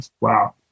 Wow